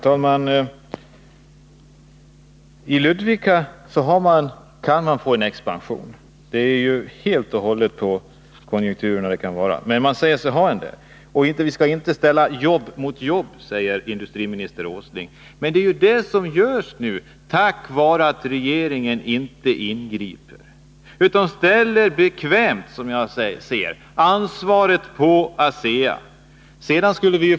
Herr talman! I Ludvika kan man få en expansion. Det beror helt och hållet på konjunkturerna, och man säger sig ha en expansion där. Vi skall inte ställa jobb mot jobb, säger industriminister Åsling. Men det är ju det som man gör, eftersom regeringen inte ingriper. Som jag ser det läggs ansvaret bekvämt på ASEA.